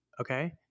Okay